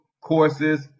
courses